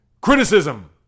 criticism